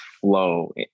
flow